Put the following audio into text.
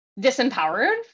disempowered